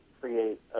create